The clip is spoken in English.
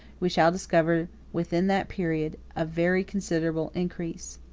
we shall discover within that period a very considerable increase.